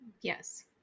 Yes